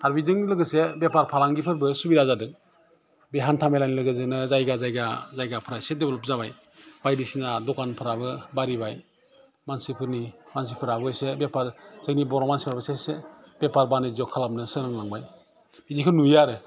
आरो बेजों लोगोसे बेफार फालागिफोरबो सुबिदा जादों बे हान्था मेलानि लोगोजोंनो जायगा जायगा जायगाफ्रा एसे डेब्लभ जाबाय बायदिसिना दखानफ्राबो बारिबाय मानसिफोरनि मानसिफ्राबो एसे बेफार जोंनि बर' मानसिफ्राबो एसे एसै बेफार बानिज खालामनो सोलोंलांबाय बेदिखौ नुयोआरो